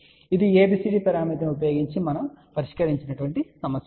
ఇప్పుడు ఇది ABCD పరామితిని ఉపయోగించి మనము పరిష్కరించిన సమస్య